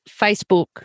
Facebook